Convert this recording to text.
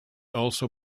also